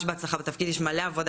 ממש בהצלחה בתפקיד, יש פה מלא עבודה,